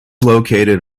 located